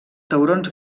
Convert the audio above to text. taurons